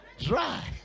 dry